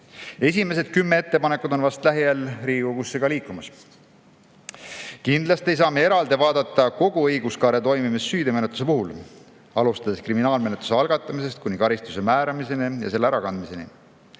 Esimesed kümme ettepanekut on vast lähiajal Riigikogusse liikumas. Kindlasti ei saa me eraldi vaadata kogu õiguskaare toimimist süüteomenetluse puhul, alustades kriminaalmenetluse algatamisest kuni karistuse määramiseni ja selle ärakandmiseni.